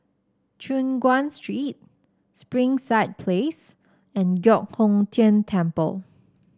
Choon Guan Street Springside Place and Giok Hong Tian Temple